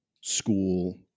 school